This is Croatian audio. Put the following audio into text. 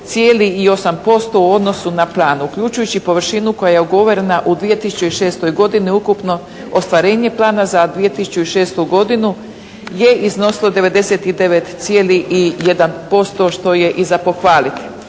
91,8% u odnosu na plan. Uključujući površinu koja je ugovorena u 2006. godini ukupno ostvarenje plana za 2006. godinu je iznosilo 99,1%, što je i za pohvaliti.